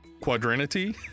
quadrinity